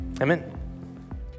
amen